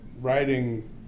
writing